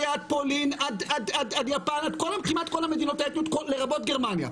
פולין, יפן, לרבות גרמניה,